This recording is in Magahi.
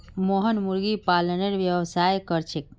मोहन मुर्गी पालनेर व्यवसाय कर छेक